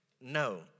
No